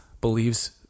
believes